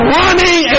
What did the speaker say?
running